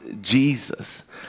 Jesus